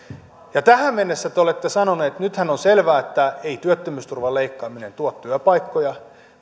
ja tähän mennessä nythän on selvää että ei työttömyysturvan leikkaaminen tuo työpaikkoja